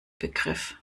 begriff